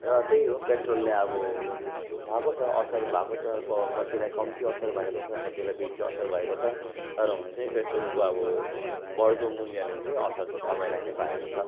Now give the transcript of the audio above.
र त्यही हो पेट्रोलले अब भएको छ असर भएको छ क कतिलाई कम्ती असर भएको छ कतिलाई बेसी असर भएको छ तर हुनु चाहिँ पेट्रोलको अब बढ्दो मूल्यले चाहिँ असर चाहिँ सबैलाई नै पारेको छ